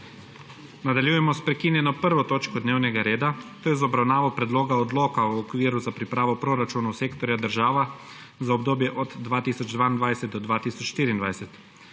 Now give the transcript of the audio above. **Nadaljujemo s prekinjeno 1. točko dnevnega reda, obravnavo Predloga odloka o okviru za pripravo proračunov sektorja država za obdobje od 2022 do 2024.**